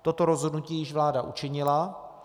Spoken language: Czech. Toto rozhodnutí již vláda učinila.